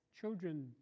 children